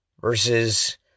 versus